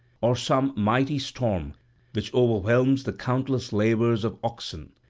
or some mighty storm which overwhelms the countless labours of oxen,